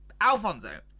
Alfonso